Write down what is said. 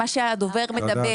את מה שהדובר אומר.